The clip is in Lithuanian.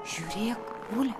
žiūrėk guli